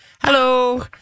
Hello